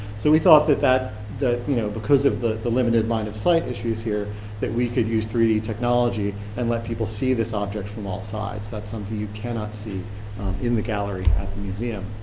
so we thought that that you know because of the the limited line of site issues here that we could use three d technology and let people see this object from all sides. that's something you cannot see in the gallery at the museum.